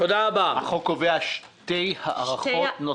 החוק קובע שתי הארכות נוספות?